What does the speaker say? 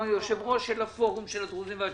היושב-ראש של הפורום של הדרוזים והצ'רקסים.